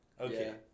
Okay